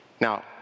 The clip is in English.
Now